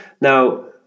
Now